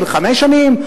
של חמש שנים,